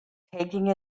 taking